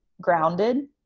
grounded